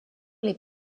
les